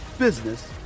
business